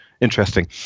interesting